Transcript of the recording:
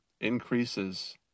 increases